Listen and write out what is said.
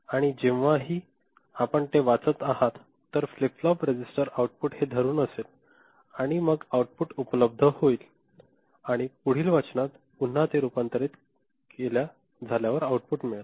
आणि जेव्हाही आपण ते वाचत आहात तर फ्लिप फ्लॉप रजिस्टर आउटपुट हे धरून असेल आणि मग आउटपुट उपलब्ध होईल आणि पुढील वाचनात पुन्हा ते रूपांतरित झाल्यावर आऊटपुट मिळेल